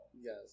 Yes